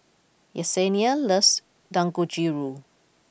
Yesenia loves Dangojiru